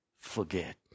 forget